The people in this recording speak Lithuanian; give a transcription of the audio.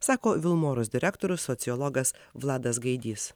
sako vilmorus direktorius sociologas vladas gaidys